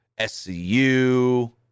SCU